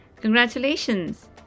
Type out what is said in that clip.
Congratulations